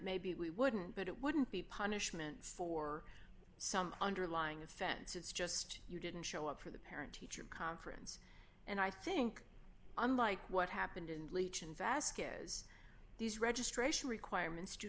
maybe we wouldn't but it wouldn't be punishment for some underlying offense it's just you didn't show up for the parent teacher conference and i think unlike what happened in legion vasquez these registration requirements do